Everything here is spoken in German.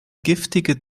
giftige